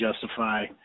Justify